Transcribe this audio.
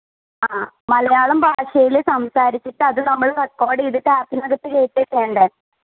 ആ മലയാളം ഭാഷയിൽ സംസാരിച്ചിട്ട് അത് നമ്മൾ റെക്കോർഡ് ചെയ്തിട്ട് ആപ്പിനകത്ത് കെറ്റോക്കെ വേണ്ടെ